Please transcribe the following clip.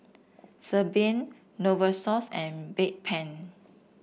Sebamed Novosource and Bedpan